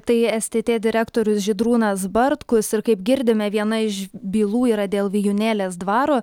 tai stt direktorius žydrūnas bartkus ir kaip girdime viena iš bylų yra dėl vijūnėlės dvaro